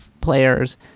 players